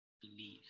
believe